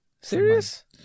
Serious